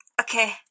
Okay